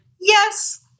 yes